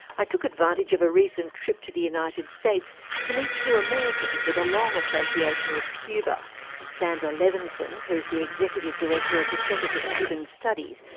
i took advantage of a recent trip to the united states to meet two americans with a long association with cuba sandra levinson, who's the executive director of the center for ah cuban studies,